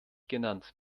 genannt